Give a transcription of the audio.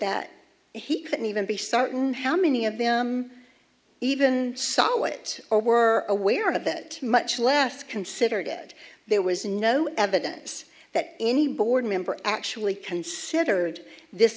that he couldn't even be starting how many of them even saw it or were aware of that much less considered it there was no evidence that any board member actually considered this